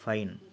fine